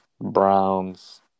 Browns